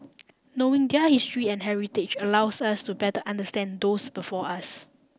knowing their history and heritage allows us to better understand those before us